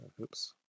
oops